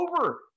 over